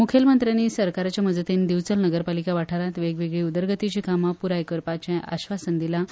मुखेलमंत्र्यांनी सरकाराचे मजतीन दिवचल नगरपालिका वाठारांत वेगवेगळी उदरगतीचीं कामां पूर्ण करपाचें आस्वासन दिलां